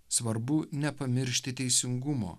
svarbu nepamiršti teisingumo